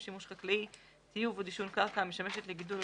"שימוש חקלאי" טיוב או דישון קרקע המשמשת לגידול או